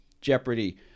Jeopardy